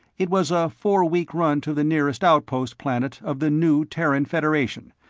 it was a four-week run to the nearest outpost planet of the new terran federation,